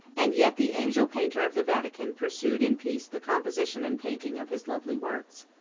and yet the angel-painter of the vatican pursued in peace the composition and painting of his lovely works.